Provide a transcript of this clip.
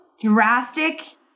drastic